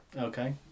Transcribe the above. Okay